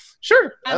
sure